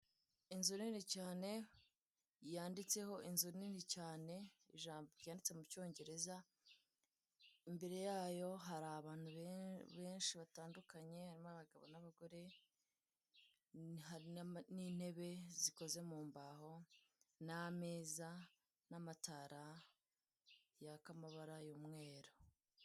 Inzu nini cyane yanditseho inzu nini cyane yanyanditse mu cyongereza, imbere yayo hari abantu benshi batandukanye harimo abagabo n'abagore, hari n'intebe zikoze mu mbaho n'ameza n'amatara yaka amabara y'umweru.